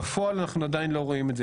בפועל אנחנו עדיין לא רואים את זה.